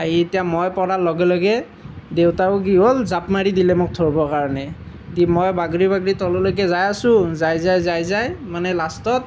আহি এতিয়া মই পৰাৰ লগে লগে দেউতাও কি হ'ল জাঁপ মাৰি দিলে মোক ধৰিবৰ কাৰণে দি মই বাগৰি বাগৰি তললৈকে যাই আছোঁ যাই যাই যাই যাই মানে লাষ্টত